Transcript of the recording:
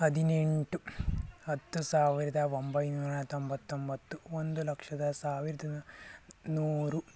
ಹದಿನೆಂಟು ಹತ್ತು ಸಾವಿರದ ಒಂಬೈನೂರ ತೊಂಬತ್ತೊಂಬತ್ತು ಒಂದು ಲಕ್ಷದ ಸಾವಿರದ ನೂರು